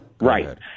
Right